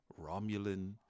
Romulan